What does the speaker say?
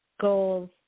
goals